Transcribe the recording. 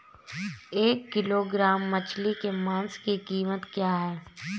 एक किलोग्राम मछली के मांस की कीमत क्या है?